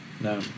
No